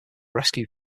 rescue